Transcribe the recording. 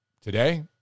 today